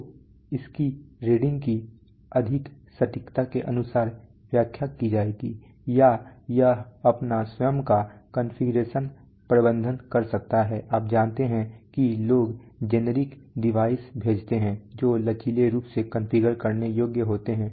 तो इसकी रीडिंग की अधिक सटीकता के अनुसार व्याख्या की जाएगी या यह अपना स्वयं का कॉन्फ़िगरेशन प्रबंधन कर सकता है आप जानते हैं कि लोग जेनेरिक डिवाइस भेजते हैं जो लचीले रूप से कॉन्फ़िगर करने योग्य होते हैं